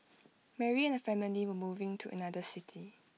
Mary and her family were moving to another city